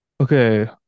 Okay